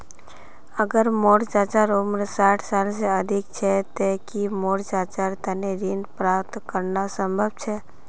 अगर मोर चाचा उम्र साठ साल से अधिक छे ते कि मोर चाचार तने ऋण प्राप्त करना संभव छे?